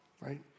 right